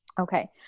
Okay